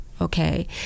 Okay